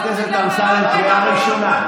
חבר הכנסת אמסלם, קריאה ראשונה.